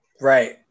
Right